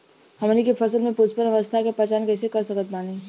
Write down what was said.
हमनी के फसल में पुष्पन अवस्था के पहचान कइसे कर सकत बानी?